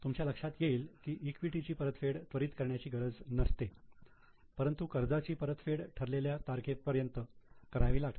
तुमच्या लक्षात येईल की ईक्विटी ची परतफेड त्वरीत करण्याची गरज नसते परंतु कर्जाची परतफेड ठरलेल्या तारखेपर्यंत करावी लागते